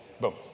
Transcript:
Boom